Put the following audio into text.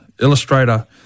illustrator